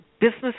business